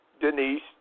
Denise